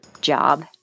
job